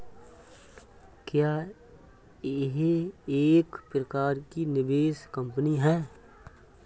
क्या यह एक प्रकार की निवेश कंपनी है?